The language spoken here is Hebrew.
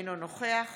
אינו נוכח